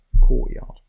courtyard